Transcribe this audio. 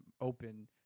open